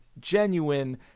genuine